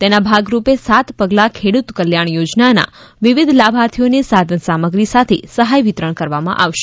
તેના ભાગરૂપે સાત પગલાં ખેડૂત કલ્યાણ યોજનાના વિવિધ લાભાર્થીઓને સાધન સામગ્રી સાથે સહાય વિતરણ કરવામાં આવશે